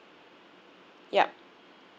yup